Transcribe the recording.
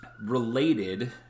related